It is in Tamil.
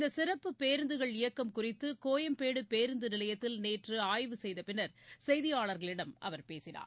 இந்த சிறப்பு பேருந்துகள் இயக்கம் குறித்து கோயம்பேடு பேருந்து நிலையத்தில் நேற்று ஆய்வு செய்த பின்னர் செய்தியாளர்களிடம் அவர் பேசினார்